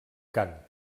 cant